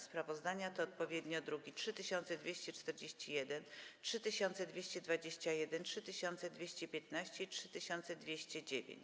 Sprawozdania te to odpowiednio druki nr 3241, 3221, 3215 i 3209.